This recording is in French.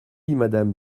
madame